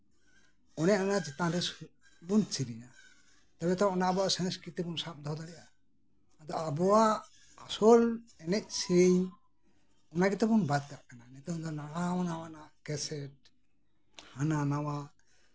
ᱚᱱᱮ ᱚᱱᱟ ᱪᱮᱛᱟᱱ ᱨᱮᱵᱚᱱ ᱥᱮᱨᱮᱧᱟ ᱛᱚᱵᱮ ᱛᱚ ᱚᱱᱟ ᱟᱵᱚᱣᱟᱜ ᱥᱚᱥᱠᱤᱨᱤᱛᱤ ᱵᱚᱱ ᱥᱟᱵ ᱫᱚᱦᱚ ᱫᱟᱲᱮᱭᱟᱜᱼᱟ ᱟᱫᱚ ᱟᱵᱚᱣᱟᱜ ᱟᱥᱚᱞ ᱮᱱᱮᱡ ᱥᱮᱨᱮᱧ ᱚᱢᱱᱟ ᱜᱮᱛᱚ ᱵᱚᱱ ᱵᱟᱫ ᱠᱟᱜ ᱠᱟᱱᱟ ᱱᱤᱛᱚᱜ ᱫᱚ ᱱᱟᱱᱟ ᱦᱩᱱᱟᱹᱨ ᱱᱟᱶᱟ ᱱᱟᱶᱟ ᱠᱮᱥᱮᱴ ᱦᱟᱱᱟ ᱱᱟᱶᱟ